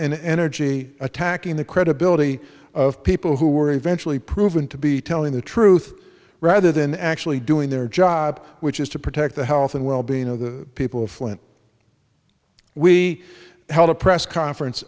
and energy attacking the credibility of people who were eventually proven to be telling the truth rather than actually doing their job which is to protect the health and well being of the people of flint we held a press conference